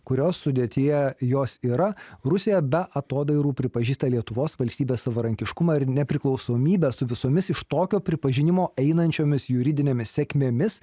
kurios sudėtyje jos yra rusija be atodairų pripažįsta lietuvos valstybės savarankiškumą ir nepriklausomybę su visomis iš tokio pripažinimo einančiomis juridinėmis sėkmėmis